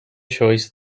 choice